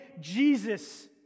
Jesus